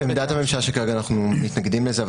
זו עמדת הממשלה שכרגע אנחנו מתנגדים לזה.